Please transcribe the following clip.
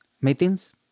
meetings